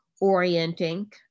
orienting